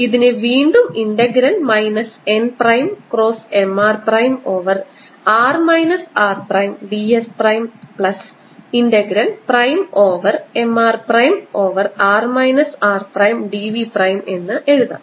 ഇതിനെ വീണ്ടും integral minus n prime cross M r prime over r minus r prime d s prime plus integral prime over M r prime over r minus r prime d v prime എന്ന് എഴുതാം